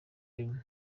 bimwe